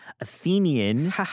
Athenian